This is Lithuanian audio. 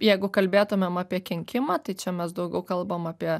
jeigu kalbėtumėm apie kenkimą tai čia mes daugiau kalbam apie